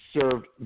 served